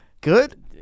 Good